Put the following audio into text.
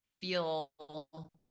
feel